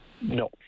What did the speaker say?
No